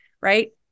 Right